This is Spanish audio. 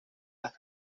las